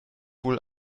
wohl